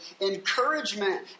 encouragement